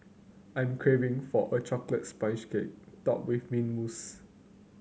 I'm craving for a chocolate sponge cake topped with mint mousse